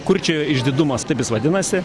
kurčiojo išdidumas taip jis vadinasi